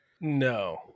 No